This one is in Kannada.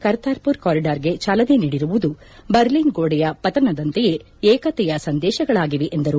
ಕರ್ತಾರ್ಪುರ್ ಕಾರಿಡಾರ್ಗೆ ಚಾಲನೆ ನೀಡಿರುವುದು ಬರ್ಲಿನ್ ಗೋಡೆಯ ಪತನದಂತೆಯೇ ಏಕತೆಯ ಸಂದೇಶಗಳಾಗಿವೆ ಎಂದರು